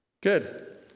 Good